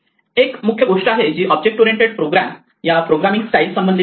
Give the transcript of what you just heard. एक मुख्य गोष्ट आहे जी ऑब्जेक्ट ओरिएंटेड प्रोग्राम या प्रोग्रामिंग स्टाईल संबंधित आहे